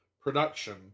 production